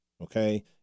okay